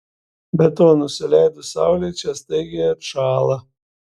be to nusileidus saulei čia staigiai atšąla